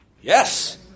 Yes